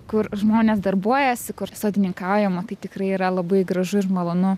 kur žmonės darbuojasi kur sodininkaujama tai tikrai yra labai gražu ir malonu